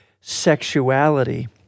sexuality